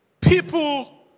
People